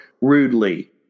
rudely